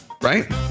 right